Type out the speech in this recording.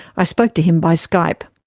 i spoke to him by skype.